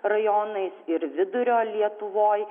rajonais ir vidurio lietuvoj